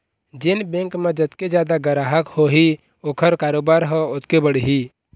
जेन बेंक म जतके जादा गराहक होही ओखर कारोबार ह ओतके बढ़ही